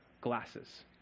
glasses